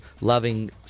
loving